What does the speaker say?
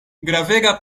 gravega